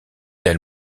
del